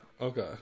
Okay